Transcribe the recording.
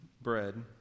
bread